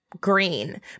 green